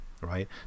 right